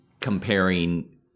comparing